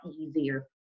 easier